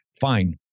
fine